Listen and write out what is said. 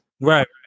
Right